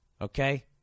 Okay